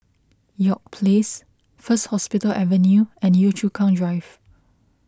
York Place First Hospital Avenue and Yio Chu Kang Drive